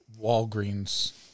Walgreens